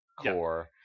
core